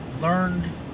learned